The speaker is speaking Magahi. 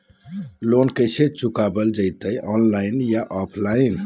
लोन कैसे चुकाबल जयते ऑनलाइन बोया ऑफलाइन?